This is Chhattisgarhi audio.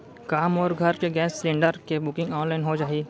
का मोर घर के गैस सिलेंडर के बुकिंग ऑनलाइन हो जाही?